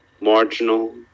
marginal